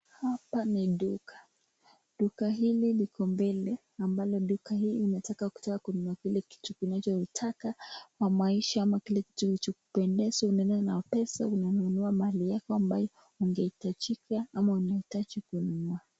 Hapa ni duka, duka hili liko mbele ambalo duka hii unataka kutaka kununua kile kitu unachoitaka kwa maisha ama kile kitu kinachokupendeza unaweza kuwa na pesa unaweza unanunua mahali hapa ambayo ungehitajika ama unahitaji kununua.